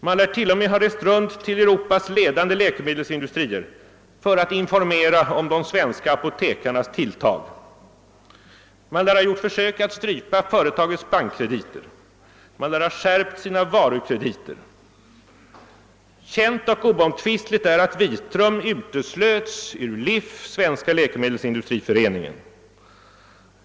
Man lär t.o.m. ha rest runt till Europas ledande läkemedelsindustrier för att informera om de svenska apotekarnas tilltag. Man lär ha gjort försök att strypa företagets bankkrediter. Och man lär ha skärpt sina varukrediter. Känt och oomtvistligt är också att Vitrum uteslöts ur LIF, Svenska läkemedelsindustriföreningen.